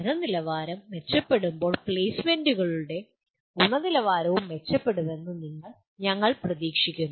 പഠന നിലവാരം മെച്ചപ്പെടുമ്പോൾ പ്ലെയ്സ്മെന്റുകളുടെ ഗുണനിലവാരവും മെച്ചപ്പെടുമെന്ന് ഞങ്ങൾ പ്രതീക്ഷിക്കുന്നു